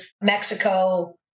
Mexico